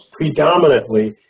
predominantly